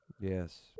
Yes